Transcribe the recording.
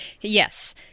Yes